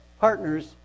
partners